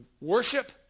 Worship